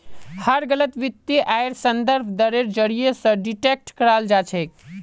हर गलत वित्तीय आइर संदर्भ दरेर जरीये स डिटेक्ट कराल जा छेक